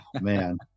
man